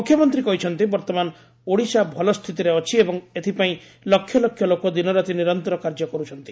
ମୁଖ୍ୟମନ୍ତୀ କହିଛନ୍ତି ବର୍ତ୍ରମାନ ଓଡ଼ିଶା ଭଲ ସ୍ଷିତିରେ ଅଛି ଏବଂ ଏଥିପାଇଁ ଲକ୍ଷ ଲୋକ ଦିନରାତି ନିରନ୍ତର କାର୍ଯ୍ୟ କରୁଛନ୍ତି